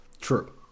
True